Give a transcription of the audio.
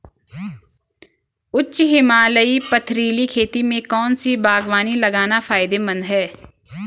उच्च हिमालयी पथरीली खेती में कौन सी बागवानी लगाना फायदेमंद है?